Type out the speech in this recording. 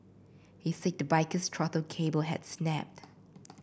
he said the biker's throttle cable had snapped